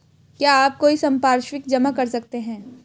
क्या आप कोई संपार्श्विक जमा कर सकते हैं?